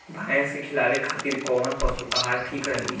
भैंस के खिलावे खातिर कोवन पशु आहार ठीक रही?